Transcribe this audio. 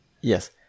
Yes